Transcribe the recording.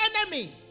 enemy